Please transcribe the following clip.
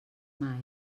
mai